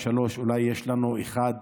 3 ואולי יש לנו אחת